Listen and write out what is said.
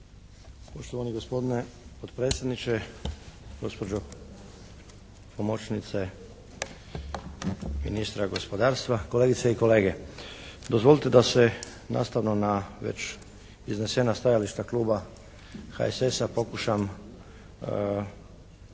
Poštovani gospodine potpredsjedniče, gospođo pomoćnice ministra gospodarstva, kolegice i kolege. Dozvolite da se nastavno na već iznesena stajališta kluba HSS-a pokušam očitovati